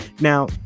now